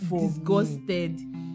disgusted